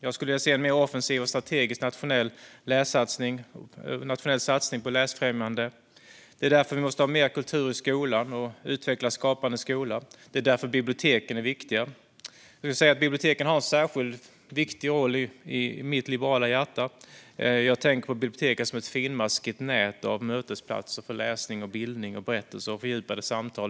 Jag skulle vilja se en mer offensiv och strategisk nationell satsning på läsfrämjande. Det är därför vi måste ha mer kultur i skolan och utveckla Skapande skola. Det är därför biblioteken är så viktiga. Biblioteken har en särskilt viktig roll i mitt liberala hjärta. Jag tänker på biblioteken som ett finmaskigt nät av mötesplatser för läsning, bildning, berättelser och fördjupade samtal.